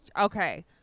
okay